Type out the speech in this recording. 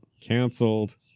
canceled